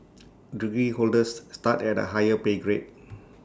degree holders start at A higher pay grade